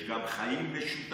יש גם חיים משותפים.